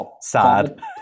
sad